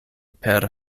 per